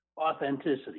authenticity